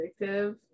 addictive